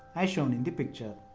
as shown in the picture.